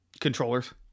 controllers